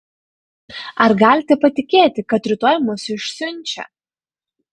ar galite patikėti kad rytoj mus išsiunčia